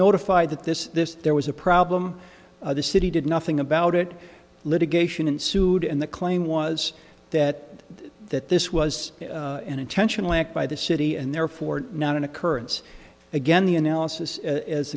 notified that this this there was a problem the city did nothing about it litigation ensued and the claim was that that this was an intentional act by the city and therefore not an occurrence again the analysis as